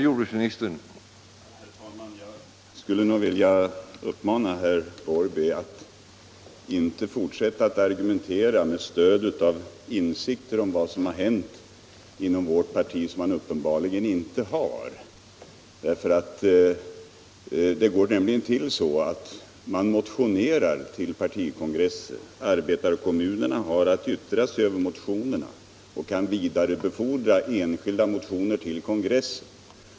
Herr talman! Jag skulle nog vilja uppmana herr Larsson i Borrby att inte fortsätta att argumentera med stöd av insikt om vad som hänt inom vårt parti som han uppenbarligen inte har. Det går nämligen till så att man motionerar till partikongresser. Arbetarkommunerna har att yttra sig över motionerna och kan vidarebefordra enskilda motioner till kongressen.